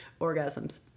orgasms